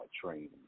training